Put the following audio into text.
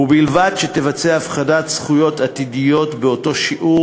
ובלבד שתבצע הפחתת זכויות עתידיות באותו שיעור